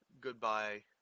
Goodbye